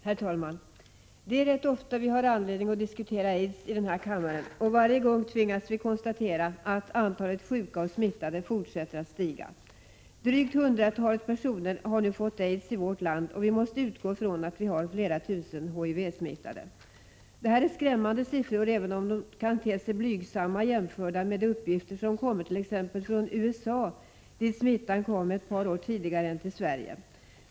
Herr talman! Vi har rätt ofta anledning att diskutera aids i denna kammare, och varje gång tvingas vi konstatera att antalet sjuka och smittade fortsätter att stiga. Drygt hundratalet personer har nu fått aids i vårt land, och vi måste utgå från att det finns flera tusen HIV-smittade. Det här är skrämmande siffror, även om de kan te sig blygsamma jämfört med de uppgifter som kommer t.ex. från USA, dit smittan kom ett par år tidigare än till Sverige.